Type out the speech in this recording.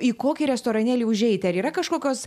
į kokį restoranėlį užeiti ar yra kažkokios